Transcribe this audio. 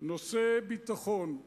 נושא הביטחון,